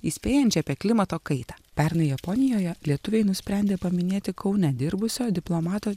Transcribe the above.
įspėjančią apie klimato kaitą pernai japonijoje lietuviai nusprendė paminėti kaune dirbusio diplomato